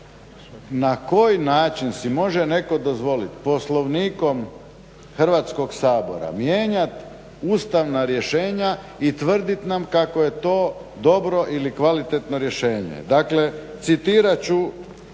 Na koji način si može netko dozvoliti Poslovnikom Hrvatskog sabora mijenjati ustavna rješenja i tvrditi nam kako je to dobro ili kvalitetno rješenje?